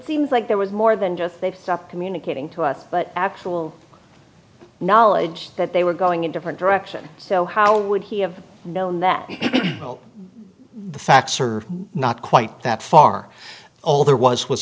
seems like there was more than just they've stopped communicating to us but actual knowledge that they were going in different direction so how would he have known that the facts are not quite that far all there was was